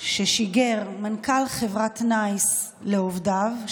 ששיגר מנכ"ל חברת נייס לעובדיו,